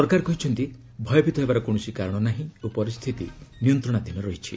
ସରକାର କହିଛନ୍ତି ଭୟଭୀତ ହେବାର କୌଣସି କାରଣ ନାହିଁ ଓ ପରିସ୍ତିତି ନିୟନ୍ତ୍ରଣାଧୀନ ରହିଛି